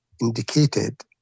indicated